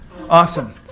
Awesome